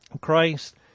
Christ